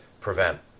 prevent